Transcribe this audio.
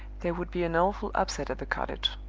there would be an awful upset at the cottage.